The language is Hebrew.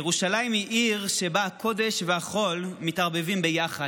ירושלים היא עיר שבה הקודש והחול מתערבבים ביחד,